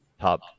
top